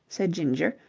said ginger,